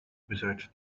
besides